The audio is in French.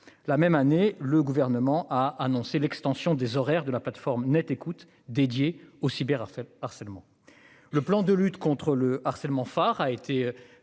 La même année, le gouvernement a annoncé l'extension des horaires de la plateforme net écoute dédié au cyber, harcèlement. Le plan de lutte contre le harcèlement phare a été